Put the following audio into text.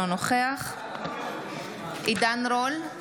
אינו נוכח עידן רול,